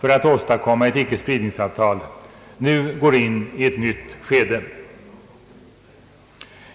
för att åstadkomma ett ickespridningsavtal — nu går in i ett nytt skede.